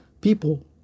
people